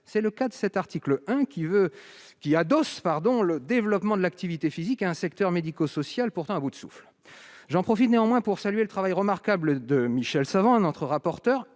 avec le présent article 1, qui adosse le développement de l'activité physique à un secteur médico-social pourtant à bout de souffle. J'en profite néanmoins pour saluer le travail remarquable de Michel Savin, notre rapporteur,